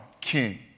king